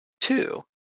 Two